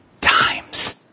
times